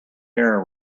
air